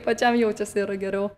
pačiam jaučiasi yra geriau